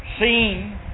Seen